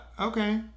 Okay